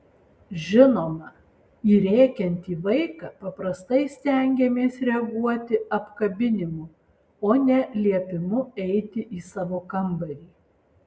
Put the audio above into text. žinoma į rėkiantį vaiką paprastai stengiamės reaguoti apkabinimu o ne liepimu eiti į savo kambarį